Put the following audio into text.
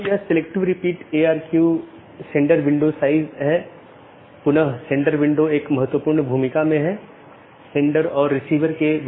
तो एक है optional transitive वैकल्पिक सकर्मक जिसका मतलब है यह वैकल्पिक है लेकिन यह पहचान नहीं सकता है लेकिन यह संचारित कर सकता है